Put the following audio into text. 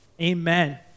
Amen